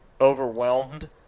overwhelmed